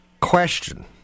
Question